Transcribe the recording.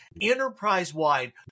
enterprise-wide